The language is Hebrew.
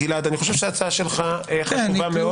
גלעד, ההצעה שלך חשובה מאוד.